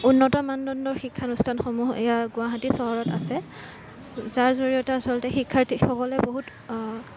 উন্নত মানদণ্ডৰ শিক্ষানুষ্ঠানসমূহ এয়া গুৱাহাটীত চহৰত আছে যাৰ জৰিয়তে আচলতে শিক্ষাৰ্থীসকলে বহুত